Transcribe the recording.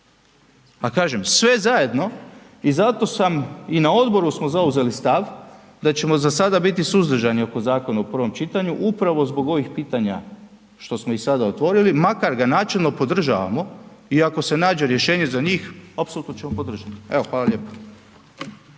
A kažem sve zajedno i zato sam i na odboru samo zauzeli stav da ćemo za sada biti suzdržani oko zakona u prvom čitanju upravo zbog ovih pitanja što smo ih sada otvorili, makar ga načelno podržavamo iako se nađe rješenje za njih, apsolutno ćemo podržat. Evo, hvala lijepo.